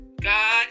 God